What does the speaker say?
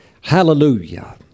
Hallelujah